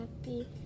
happy